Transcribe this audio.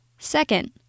Second